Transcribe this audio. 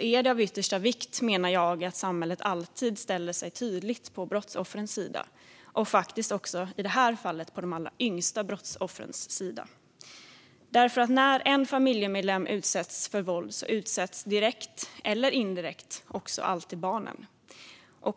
är det av yttersta vikt, menar jag, att samhället alltid ställer sig tydligt på brottsoffrens sida och faktiskt också, i det här fallet, på de allra yngsta brottsoffrens sida. När en familjemedlem utsätts för våld utsätts direkt eller indirekt också alltid barnen.